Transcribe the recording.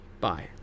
Bye